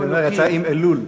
יצא עם אלול.